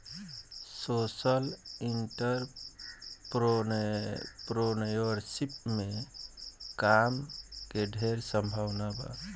social entrepreneurship में काम के ढेर संभावना बा